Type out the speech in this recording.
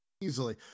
easily